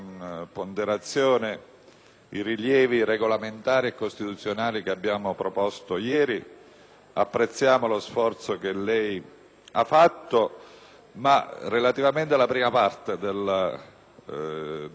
i rilievi regolamentari e costituzionali che abbiamo proposto ieri. Apprezziamo lo sforzo che lei ha compiuto. Tuttavia, relativamente alla prima parte della sua decisione,